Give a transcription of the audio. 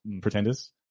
pretenders